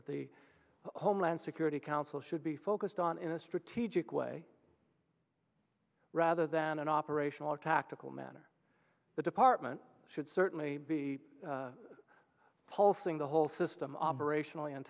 that the homeland security council should be focused on in a strategic way rather than an operational or tactical matter the department should certainly be pulsing the whole system operational